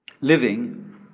living